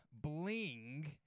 bling